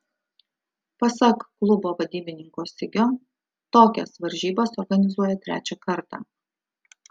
pasak klubo vadybininko sigio tokias varžybas organizuoja trečią kartą